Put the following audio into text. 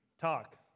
talk